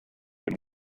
been